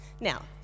Now